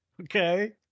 Okay